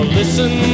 listen